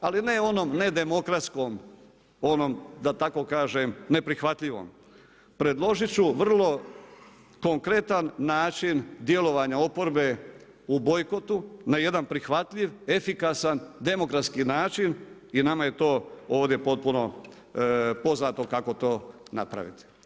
Ali ne onom, ne demokratskom onom da tako kažem neprihvatljivom, predložiti ću vrlo konkretan način djelovanja oporbe u bojkotu na jedan prihvatljiv, efikasan, demokratski način i nama je to ovdje potpuno poznato kako to napraviti.